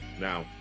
Now